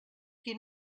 qui